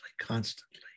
constantly